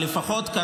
נכון מאוד.